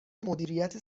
مدیریت